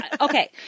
okay